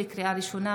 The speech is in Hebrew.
לקריאה ראשונה,